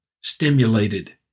stimulated